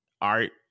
art